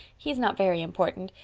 he is not very important,